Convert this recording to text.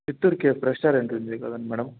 చిత్తూరుకి restaurant ఉంది కదా madam